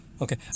Okay